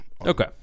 Okay